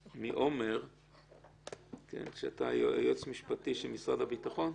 מעומר, שאתה יועץ משפטי משרד הביטחון?